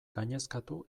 gainezkatu